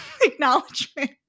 acknowledgement